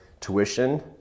tuition